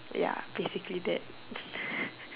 ya basically that